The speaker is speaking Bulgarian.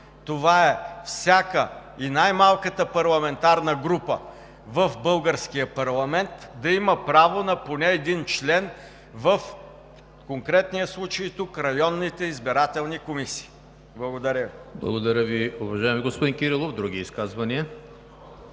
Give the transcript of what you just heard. Това е: „Всяка – и най-малката – парламентарна група в българския парламент да има право на поне един член – в конкретния случай тук – в районните избирателни комисии.“ Благодаря Ви. ПРЕДСЕДАТЕЛ ЕМИЛ ХРИСТОВ: Благодаря Ви, уважаеми господин Кирилов. Други изказвания?